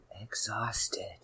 exhausted